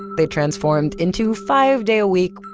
they transformed into five day a week,